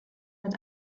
mit